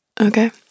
Okay